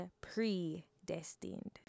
predestined